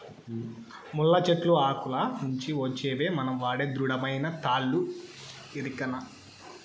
ముళ్ళ చెట్లు ఆకుల నుంచి వచ్చేవే మనం వాడే దృఢమైన తాళ్ళు ఎరికనా